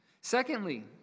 Secondly